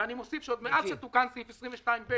אני מוסיף שעוד מאז שתוקן סעיף 22(2)(ב)